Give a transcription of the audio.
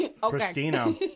Christina